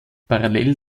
parallel